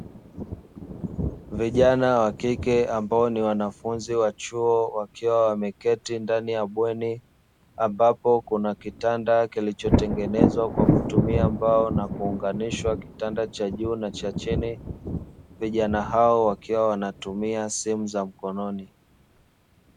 Vijana wa kike ambao ni wanafunzi wa chuo wakiwa wameketi ndani ya bweni ambapo kuna kitanda kilichotengenezwa kwa kutumia mbao na kuunganishwa kitanda cha juu na cha chini, vijana hao wakiwa wanatumia simu za mkononi.